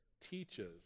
teaches